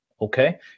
okay